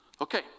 Okay